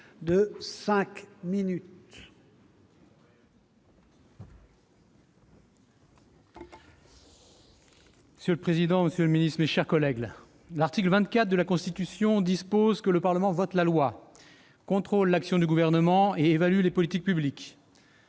spécial. Monsieur le président, monsieur le ministre, mes chers collègues, l'article 24 de la Constitution dispose que le Parlement vote la loi, contrôle l'action du Gouvernement et évalue les politiques publiques.